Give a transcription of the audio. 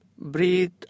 breathe